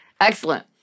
Excellent